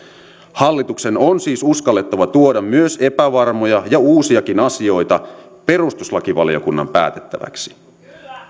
hallituksen on siis uskallettava tuoda myös epävarmoja ja uusiakin asioita perustuslakivaliokunnan päätettäväksi